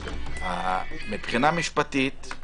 מבחינה משפטית,